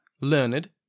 learned